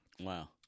Wow